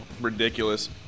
Ridiculous